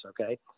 Okay